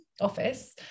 office